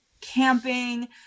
camping